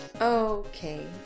Okay